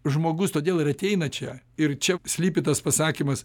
žmogus todėl ir ateina čia ir čia slypi tas pasakymas